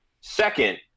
Second